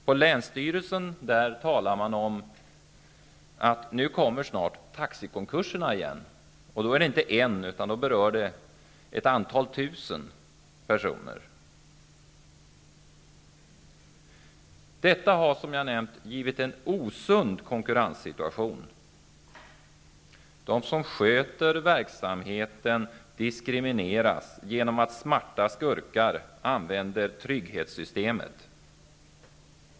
På länsstyrelsen talar man om att taxikonkurserna snart kommer igen, och då är det inte en utan ett antal tusen personer som berörs. Detta har givit en osund konkurrenssituation. De som sköter verksamheten diskrimineras genom att smarta skurkar använder trygghetssystemet.